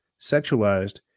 sexualized